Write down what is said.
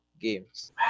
games